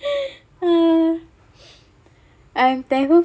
ah I'm thankful